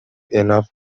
enough